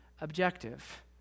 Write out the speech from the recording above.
objective